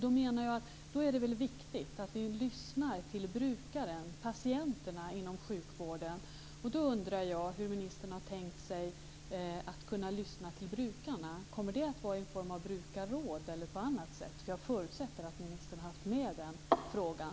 Då menar jag att det är viktigt att vi lyssnar till brukarna - patienterna - inom sjukvården. Jag undrar hur ministern har tänkt sig att han skall kunna lyssna till brukarna. Kommer det att ske i en form av brukarråd eller på annat sätt? Jag förutsätter att ministern har haft med den frågan.